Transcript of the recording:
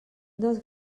dels